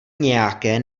nějaké